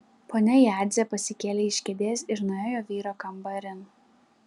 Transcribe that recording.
ponia jadzė pasikėlė iš kėdės ir nuėjo vyro kambarin